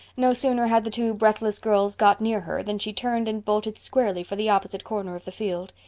no sooner had the two breathless girls got near her than she turned and bolted squarely for the opposite corner of the field.